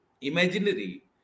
imaginary